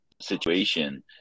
situation